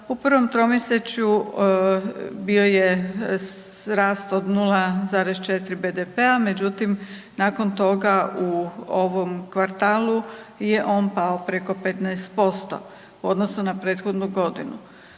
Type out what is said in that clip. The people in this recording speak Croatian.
U prvom tromjesečju bio je rast od 0,4% BDP-a. međutim nakon toga u ovom kvartalu je on pao preko 15% u odnosu na prethodnu godinu.